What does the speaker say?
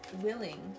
willing